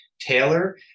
Taylor